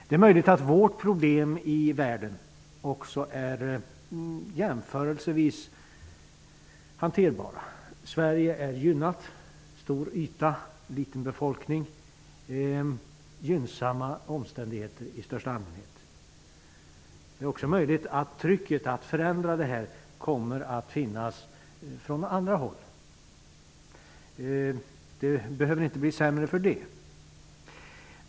Det är möjligt att våra problem är jämförelsevis hanterbara i förhållande till vad som gäller i världen i övrigt. Sverige är gynnat, med en stor yta och en liten befolkning samt med fördelaktiga omständigheter i största allmänhet. Det är också möjligt att trycket för att förändra kommer att utövas från andra håll. Det behöver inte bli sämre för det.